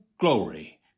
glory